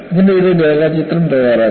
ഇതിന്റെ ഒരു രേഖാചിത്രം തയ്യാറാക്കുക